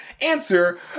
answer